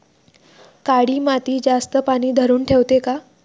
काळी माती जास्त पानी धरुन ठेवते का?